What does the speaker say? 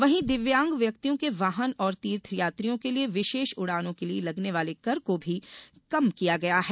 वहीं दिव्यांग व्यक्तियों के वाहन और तीर्थयात्रियों के लिये विशेष उड़ानों के लिये लगने वाले कर को भी कम किया गया है